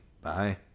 bye